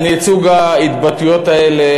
סוג ההתבטאויות האלה,